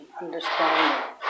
understanding